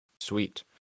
sweet